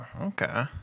okay